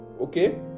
Okay